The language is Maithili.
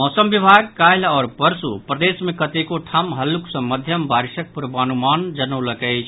मौसम विभाग काल्हि आओर परसु प्रदेश मे कतेको ठाम हल्लुक सँ मध्यम बारिशक पूर्वानुमान जनौलक अछि